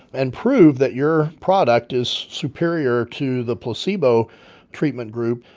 and prove that your product is superior to the placebo treatment group,